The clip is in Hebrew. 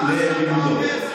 ליעדו.